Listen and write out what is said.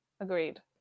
Agreed